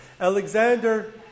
Alexander